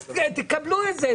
אז תקבלו את זה.